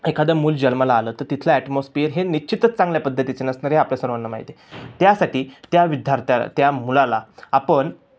एखादा मूल जन्माला आलं तर तिथलं ॲटमॉस्फिअर हे निश्चितच चांगल्या पद्धतीचे नसणार हे आपल्या सर्वांना माहिती आहे त्यासाठी त्या विद्यार्थ्या त्या मुलाला आपण